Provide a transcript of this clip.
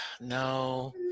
no